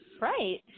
Right